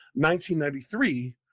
1993